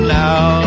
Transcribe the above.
now